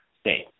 State